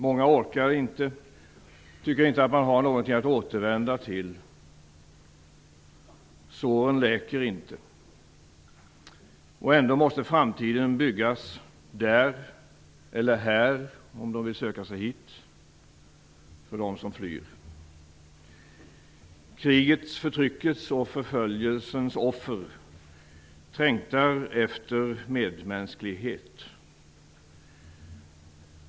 Många orkar inte, tycker inte att man har någonting att återvända till. Såren läker inte. Ändå måste framtiden byggas där, eller här om de vill söka sig hit, för dem som flyr. Krigets, förtryckets och förföljensens offer trängtar efter medmänsklighet.